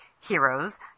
heroes